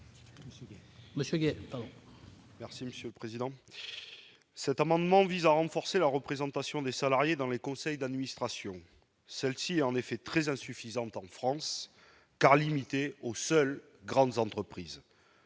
Monsieur. Merci monsieur le président, cet amendement vise à renforcer la représentation des salariés dans les conseils d'administration, celle-ci en effet très insuffisante en France car limité aux seules grandes entreprises